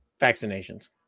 vaccinations